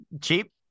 cheap